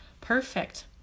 Perfect